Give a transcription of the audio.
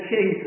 King